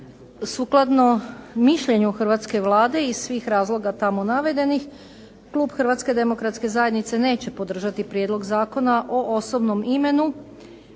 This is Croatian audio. Sukladno mišljenju hrvatske Vlade i svih razloga tamo navedenih klub HDZ-a neće podržati prijedlog Zakona o osobnom imenu,